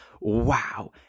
Wow